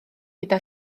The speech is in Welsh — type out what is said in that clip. gyda